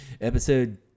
Episode